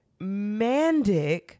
mandic